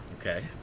Okay